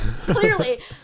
clearly